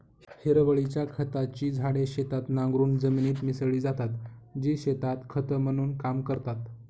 हिरवळीच्या खताची झाडे शेतात नांगरून जमिनीत मिसळली जातात, जी शेतात खत म्हणून काम करतात